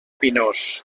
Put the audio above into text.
pinós